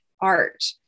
art